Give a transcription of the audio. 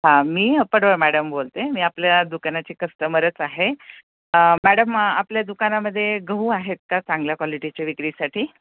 हां मी पडवळ मॅडम बोलते मी आपल्या दुकानाची कस्टमरच आहे मॅडम आपल्या दुकानामध्ये गहू आहेत का चांगल्या क्वालिटीचे विक्रीसाठी